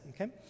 okay